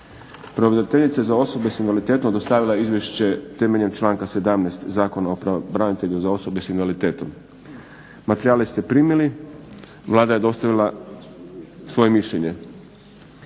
Pravobraniteljica za osobe sa invaliditetom dostavila je izvješće temeljem članka 17. Zakona o pravobranitelju za osobe s invaliditetom. Materijale ste primili. Vlada je dostavila svoje mišljenje.